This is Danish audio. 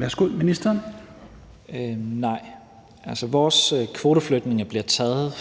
Tesfaye): Nej. Altså, vores kvoteflygtninge bliver taget